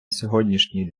сьогоднішній